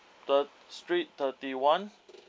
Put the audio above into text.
thir~ street thirty one